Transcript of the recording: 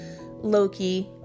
Loki